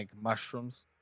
mushrooms